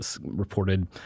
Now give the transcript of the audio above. reported